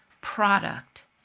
product